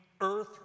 earth